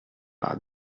par